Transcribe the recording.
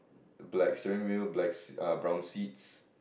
black steering wheel black err brown seats